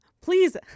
please